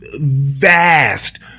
Vast